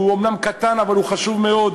שהוא אומנם קטן אבל הוא חשוב מאוד,